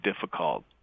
difficult